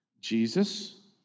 Jesus